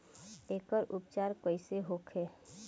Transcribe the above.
एकर उपचार कईसे होखे?